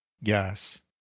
yes